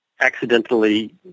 accidentally